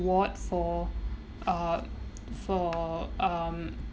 reward for uh for um